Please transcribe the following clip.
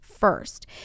First